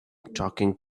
talking